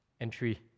entry